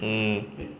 mm